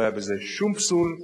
לא היה בזה שום פסול.